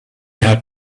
had